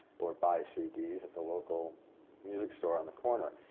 or buys cds at the local music store on the corner.